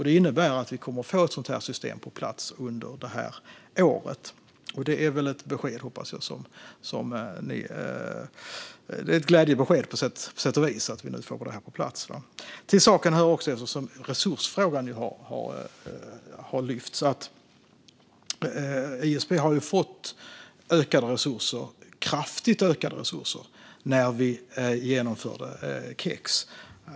Det innebär att vi kommer att få systemet på plats under detta år, och det är ett glädjebesked. Så till resursfrågan. ISP fick kraftigt ökade resurser när vi genomförde KEX.